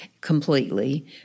completely